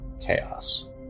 chaos